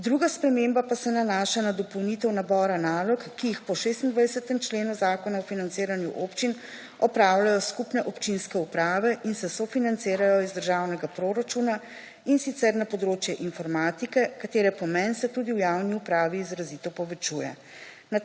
Druga sprememba pa se nanaša na dopolnitev nabora nalog, ki jih po 26. členu Zakona o financiranju občin opravljajo skupne občinske uprave in se sofinancirajo iz državnega proračuna in sicer na področje informatike katere pomen se tudi v javni upravi izrazito povečuje.